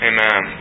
Amen